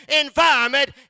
environment